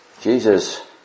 Jesus